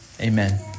amen